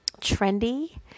trendy